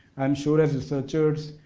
i'm sure as researchers,